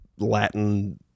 latin